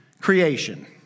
creation